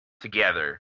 together